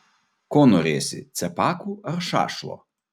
ko norėsi cepakų ar šašlo